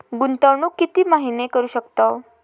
गुंतवणूक किती महिने करू शकतव?